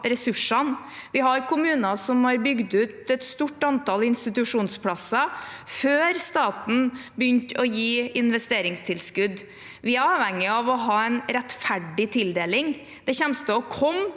ressursene. Vi har kommuner som har bygd ut et stort antall institusjonsplasser før staten begynte å gi investeringstilskudd. Vi er avhengige av å ha en rettferdig tildeling. Det kommer til å komme